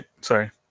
Sorry